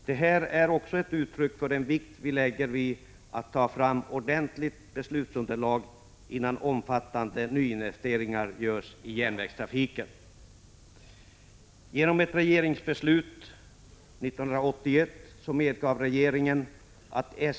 Det är också ett uttryck för den vikt vi lägger vid att ta fram ordentligt beslutsunderlag innan omfattande nyinvesteringar görs i järnvägstrafiken.